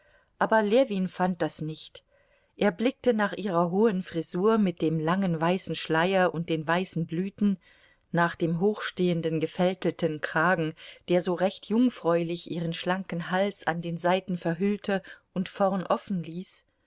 aber ljewin fand das nicht er blickte nach ihrer hohen frisur mit dem langen weißen schleier und den weißen blüten nach dem hochstehenden gefältelten kragen der so recht jungfräulich ihren schlanken hals an den seiten verhüllte und vorn offen ließ